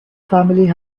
family